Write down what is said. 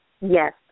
Yes